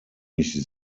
mich